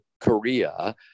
Korea